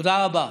תודה רבה.